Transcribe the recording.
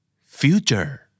Future